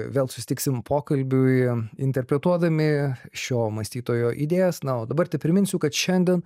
vėl susitiksim pokalbiui interpretuodami šio mąstytojo idėjas na o dabar tik priminsiu kad šiandien